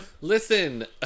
Listen